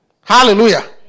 Hallelujah